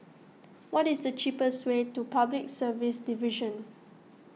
what is the cheapest way to Public Service Division